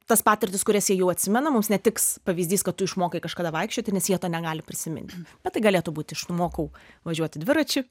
tas patirtis kurias jie jau atsimena mums netiks pavyzdys kad tu išmokai kažkada vaikščioti nes jie to negali prisimint bet tai galėtų būti išmokau važiuoti dviračiu